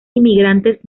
inmigrantes